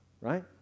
right